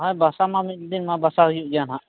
ᱦᱮᱸ ᱵᱟᱥᱟ ᱢᱟ ᱢᱤᱫ ᱫᱤᱱ ᱢᱟ ᱵᱟᱥᱟ ᱢᱟ ᱦᱩᱭᱩᱜ ᱜᱮᱭᱟᱦᱟᱜ